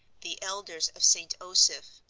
the elders of st. osoph,